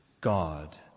God